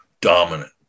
dominant